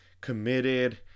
committed